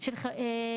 פערים.